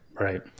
Right